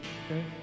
okay